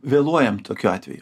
vėluojam tokiu atveju